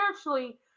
spiritually